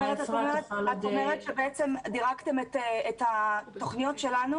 את אומרת שבעצם דירגתם את התוכניות שלנו